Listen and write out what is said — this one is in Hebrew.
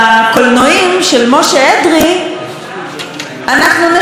אנחנו נשלם פחות 3.90,